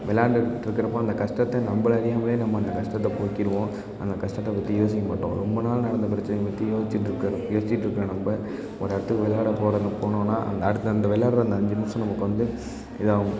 விள்ளாண்டுக்கிட்டுருக்குறப்போ அந்த கஷ்டத்த நம்பளை அறியாமலே நம்ப அந்த கஷ்டத்த போக்கிடுவோம் அந்த கஷடத்தப் பற்றி யோசிக்க மாட்டோம் ரொம்ப நாள் நடந்த பிரச்சனையை பற்றி யோசிச்சுட்டு இருக்க யோசிச்சுட்டு இருக்கிற நம்ப ஒரு இடத்துக்கு விளையாடப் போகிற போனோன்னால் அந்த அடுத்த அந்த விளையாட்ற அந்த அஞ்சு நிமிஷம் நமக்கு வந்து இதாகும்